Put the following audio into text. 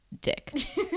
dick